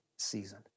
season